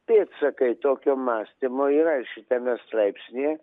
pėdsakai tokio mąstymo yra ir šitame straipsnyje